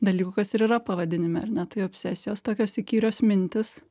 dalykų kas ir yra pavadinime ar ne tai obsesijos tokios įkyrios mintys